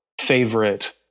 favorite